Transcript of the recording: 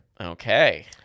Okay